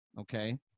okay